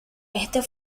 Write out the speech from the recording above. este